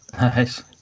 Nice